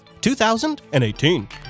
2018